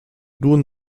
nun